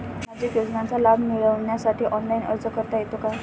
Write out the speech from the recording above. सामाजिक योजनांचा लाभ मिळवण्यासाठी ऑनलाइन अर्ज करता येतो का?